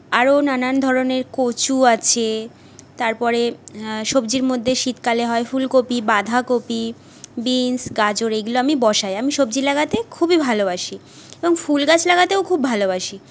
আরো নানান ধরনের কচু আছে তারপরে সবজির মধ্যে শীতকালে হয় ফুলকপি বাধাকপি বিনস গাজর এইগুলো আমি বসাই আমি সবজি লাগাতে খুবই ভালোবাসি এবং ফুল গাছ লাগাতেও খুব ভালোবাসি